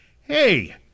hey